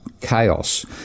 chaos